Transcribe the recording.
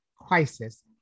crisis